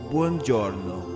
Buongiorno